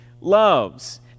loves